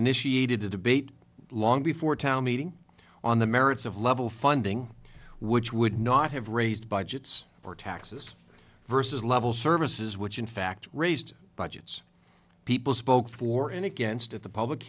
initiated a debate long before town meeting on the merits of level funding which would not have raised by jets or taxes versus level services which in fact raised budgets people spoke for and against of the public